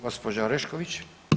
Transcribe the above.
Gđa. Orešković.